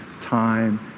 time